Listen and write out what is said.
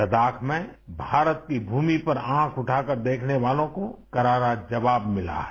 लद्दाख में भारत की भूमि पर आँख उठाकर देखने वालों को करारा जवाब भिला है